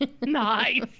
Nice